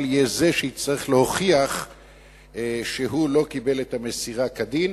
יהיה זה שיצטרך להוכיח שהוא לא קיבל את המסירה כדין,